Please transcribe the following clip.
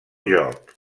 joc